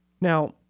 Now